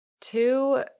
two